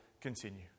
continue